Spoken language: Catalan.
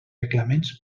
reglaments